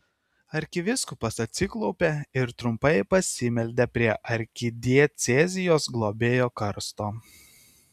arkivyskupas atsiklaupė ir trumpai pasimeldė prie arkidiecezijos globėjo karsto